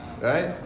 Right